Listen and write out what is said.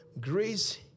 Grace